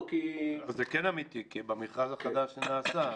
זה כן אמיתי כי במכרז החדש זה נעשה.